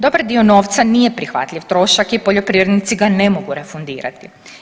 Dobar dio novca nije prihvatljiv trošak i poljoprivrednici ga ne mogu refundirati.